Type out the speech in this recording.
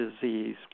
disease